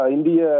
India